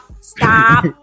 stop